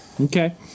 Okay